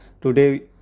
Today